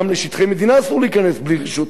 גם לשטחי מדינה אסור להיכנס בלי רשות.